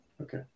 okay